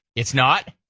it's not?